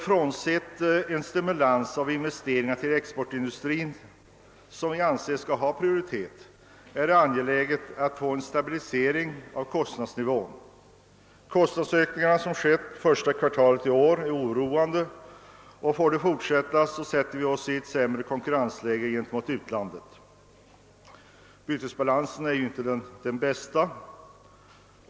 Förutom en stimulans av investeringarna inom exportindustrin, vilka vi anser skall ha prioritet, är det angeläget att åstadkomma en stabilisering av kostnadsnivån. Kostnadsökningarna under första kvartalet i år är ocroande, och om kostnadsökningarna får fortgå försättes vårt land i ett sämre konkurrensläge i förhållande till utlandet. Bytesbalansen är ju inte den bästa.